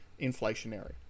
inflationary